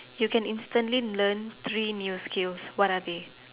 you can instantly learn three new skills what are they